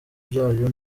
byayo